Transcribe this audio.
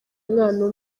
umwana